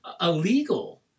illegal